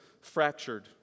fractured